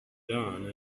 dawn